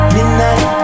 Midnight